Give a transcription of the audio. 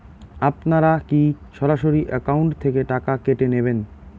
আপনারা কী সরাসরি একাউন্ট থেকে টাকা কেটে নেবেন?